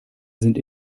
sind